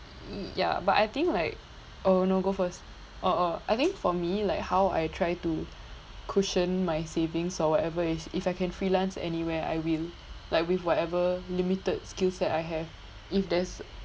ya but I think like oh no go first oh I think for me like how I try to cushion my savings so whatever is if I can freelance anywhere I will like with whatever limited skill set I have if there's